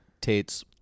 Tate's